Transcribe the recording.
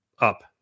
up